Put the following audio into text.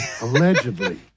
allegedly